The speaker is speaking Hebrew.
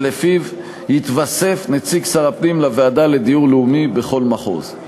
שלפיו יתווסף נציג שר הפנים לוועדה לדיור לאומי בכל מחוז.